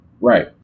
Right